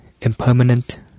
impermanent